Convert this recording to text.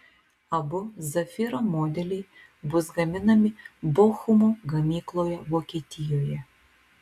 abu zafira modeliai bus gaminami bochumo gamykloje vokietijoje